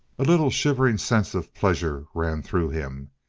a little shivering sense of pleasure ran through him.